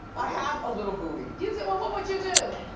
i have a little booty. you do, well, what would you do?